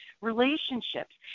relationships